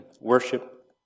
Worship